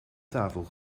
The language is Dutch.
tafel